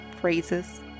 phrases